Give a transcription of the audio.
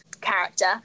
character